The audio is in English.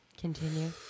Continue